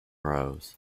rows